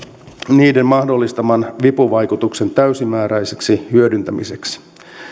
niiden mahdollistaman vipuvaikutuksen täysimääräiseksi hyödyntämiseksi